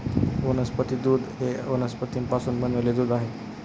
वनस्पती दूध हे वनस्पतींपासून बनविलेले दूध आहे